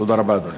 תודה רבה, אדוני.